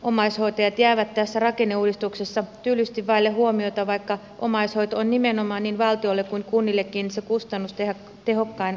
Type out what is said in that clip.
omaishoitajat jäävät tässä rakenneuudistuksessa tylysti vaille huomiota vaikka omaishoito on nimenomaan niin valtiolle kuin kunnillekin se kustannustehokkain hoitomuoto